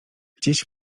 gdzieś